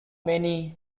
many